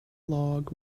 log